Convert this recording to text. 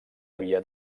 havia